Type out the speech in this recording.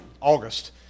August